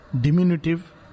diminutive